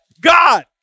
God